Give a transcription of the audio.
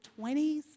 20s